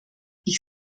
ich